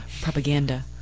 Propaganda